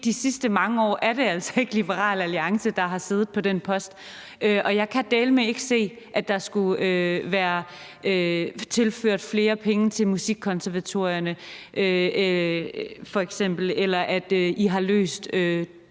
de sidste mange år er det altså ikke Liberal Alliance, der har siddet på den post. Og jeg kan dælme ikke se, at der skulle være tilført flere penge til musikkonservatorierne, f.eks., eller at I har løst